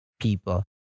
people